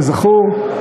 כזכור,